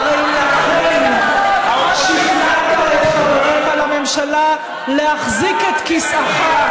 הרי לכן שכנעת את חבריך לממשלה להחזיק את כיסאך,